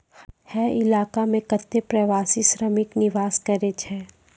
हय इलाको म कत्ते प्रवासी श्रमिक निवास करै छै